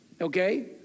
okay